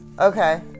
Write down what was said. Okay